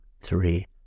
three